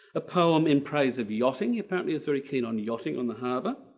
a poem in praise of yachting. he apparently is very keen on yachting on the harbour.